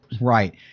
Right